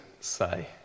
say